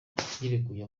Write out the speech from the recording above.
yireguye